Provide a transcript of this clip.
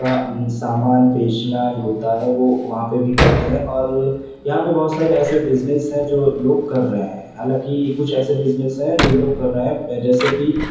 کا سامان بیچنا جو ہوتا ہے وہ وہاں پہ بھی کرتے ہیں اور یہاں پہ بہت سارے ایسے بزنس ہیں جو لوگ کر ر ہے ہیں حالاں کہ کچھ ایسے بزنس ہیں جو لوگ کر رہے ہیں جیسے کہ